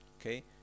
Okay